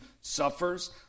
suffers